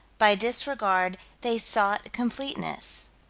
by disregard they sought completeness.